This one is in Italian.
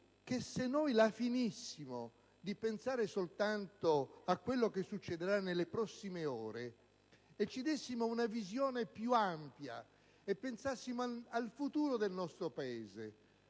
che se noi smettessimo di pensare soltanto a quello che succederà nelle prossime ore e ci dessimo una visione più ampia e pensassimo al futuro del nostro Paese,